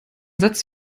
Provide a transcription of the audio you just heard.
satz